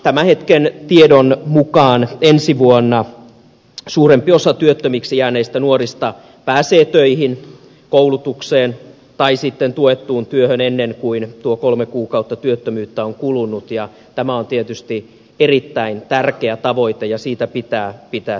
tämän hetken tiedon mukaan ensi vuonna suurempi osa työttömiksi jääneistä nuorista pääsee töihin koulutukseen tai tuettuun työhön ennen kuin tuo kolme kuukautta työttömyyttä on kulunut ja tämä on tietysti erittäin tärkeä tavoite ja siitä pitää pitää tiukasti kiinni